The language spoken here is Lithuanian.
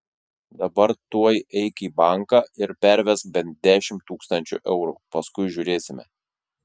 dabar tuoj eik į banką ir pervesk bent dešimt tūkstančių eurų paskui žiūrėsime